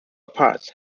apart